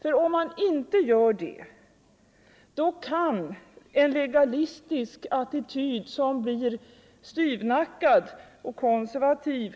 För om man inte gör det kan en legalistisk attityd, som blir styvnackad och konservativ,